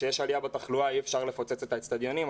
כשיש עלייה בתחלואה אי-אפשר לפוצץ את האצטדיונים.